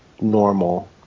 normal